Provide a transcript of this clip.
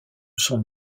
son